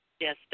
Yes